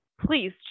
please